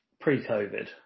Pre-COVID